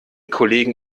kollegen